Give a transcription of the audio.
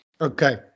Okay